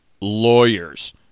Lawyers